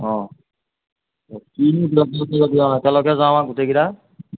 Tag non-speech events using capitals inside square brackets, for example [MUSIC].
অঁ কিনো [UNINTELLIGIBLE] আৰু একেলগে যাওঁ আৰু গোটেইকেইটা